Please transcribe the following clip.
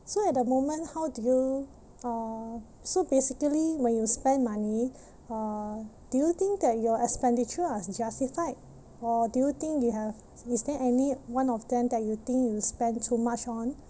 so at the moment how do you uh so basically when you spend money uh do you think that your expenditure are justified or do you think you have is there any one of them that you think you spend too much on